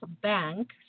bank